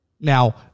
Now